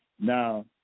Now